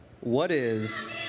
what is